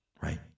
right